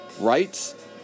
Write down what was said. rights